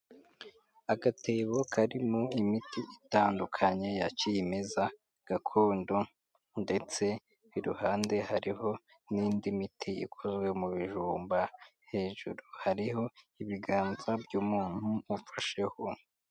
Agatebo karimo imiti itandukanye ya cyimeza gakondo ndetse iruhande hariho n'indi miti ikozwe mu bijumba, hejuru hariho ibiganza by'umuntu ufasheho.